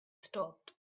stopped